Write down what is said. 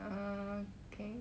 err K